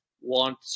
want